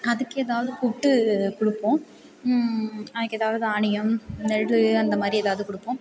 அதுக்கு ஏதாவது கூப்பிட்டு கொடுப்போம் அதுக்கு ஏதாவது தானியம் நெல் அந்த மாதிரி எதாவது கொடுப்போம்